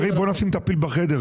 חברים, בוא נשים את הפיל בחדר.